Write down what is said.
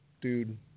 dude